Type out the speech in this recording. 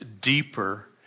deeper